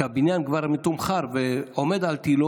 וכשהבניין כבר מתומחר ועומד על תילו